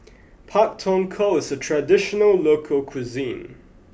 Pak Thong Ko is a traditional local cuisine